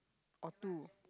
or two